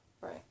Right